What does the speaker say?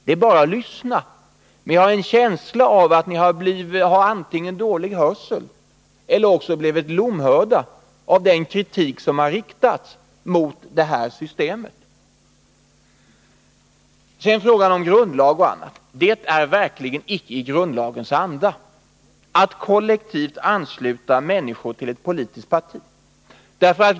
Det är bara att lyssna. Men jag har en känsla av att ni har blivit lomhörda av den kritik som har riktats mot det här systemet. Så till frågan om grundlagen. Det är verkligen icke i grundlagens anda att kollektivt ansluta människor till ett politiskt parti.